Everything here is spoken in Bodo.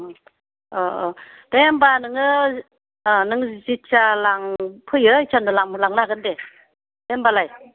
ओह ओह दे होमबा नोङो ओह नों जेथिया लांफैयो एथियानो लां लांनो हागोन दे दे होनबालाय